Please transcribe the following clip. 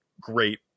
great